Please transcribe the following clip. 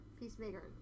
Peacemaker